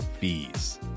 fees